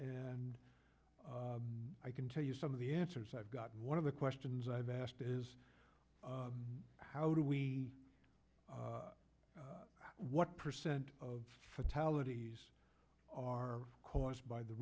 and i can tell you some of the answers i've got one of the questions i've asked is how do we know what percent of fatalities are caused by the